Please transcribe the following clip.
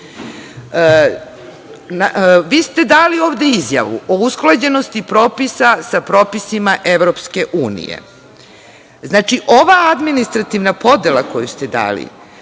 ste dali ovde izjavu o usklađenosti propisa sa propisima EU. Znači, ova administrativna podela koju ste dali,